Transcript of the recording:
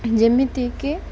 ଯେମିତିକି